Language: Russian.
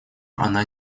она